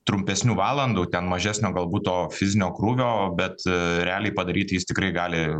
trumpesnių valandų ten mažesnio galbūt to fizinio krūvio bet realiai padaryt jis tikrai gali